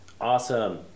awesome